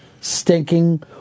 stinking